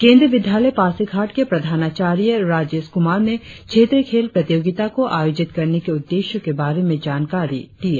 केंद्रीय विद्यालय पासीघाट के प्रधानाचार्य राजेश कुमार ने क्षेत्रीय खेल प्रतियोगिता को आयोजित करने के उद्देश्यों के बारे में जानकारी दिए